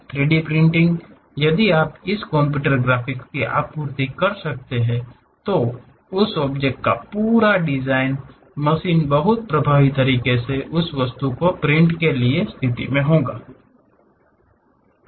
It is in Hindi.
3 डी प्रिंटिंग में यदि आप इस कंप्यूटर ग्राफिक्स की आपूर्ति कर सकते हैं तो उस ऑब्जेक्ट का पूरा डिज़ाइन मशीन बहुत प्रभावी तरीके से उस वस्तु को प्रिंट करने की स्थिति में होगी